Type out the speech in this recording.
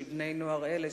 של בני-נוער אלה,